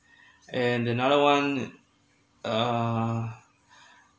and another one uh